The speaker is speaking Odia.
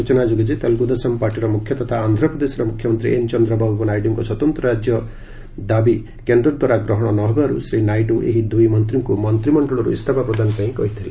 ସ୍ବଚନା ଯୋଗ୍ୟ ଯେ ତେଲ୍ରଗ୍ରଦେଶମ୍ ପାର୍ଟିର ମୁଖ୍ୟ ତଥା ଆନ୍ଧ୍ରପ୍ରଦେଶ ମୁଖ୍ୟମନ୍ତ୍ରୀ ଏନ୍ ଚନ୍ଦ୍ରବାବୁ ନାଇଡ଼ୁଙ୍କ ସ୍ୱତନ୍ତ୍ର ରାଜ୍ୟ ଦାବି କେନ୍ଦ୍ର ଦ୍ୱାରା ଗ୍ରହଣ ନ ହେବାରୁ ଶ୍ରୀ ନାଇଡ଼ୁ ଏହି ଦୂଇ ମନ୍ତ୍ରୀଙ୍କ ମନ୍ତିମଣ୍ଡଳର୍ ଇସ୍ତଫା ପ୍ରଦାନ ପାଇଁ କହିଥିଲେ